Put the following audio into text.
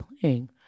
playing